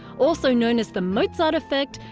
also known as the mozart effect,